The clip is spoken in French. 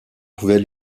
pouvait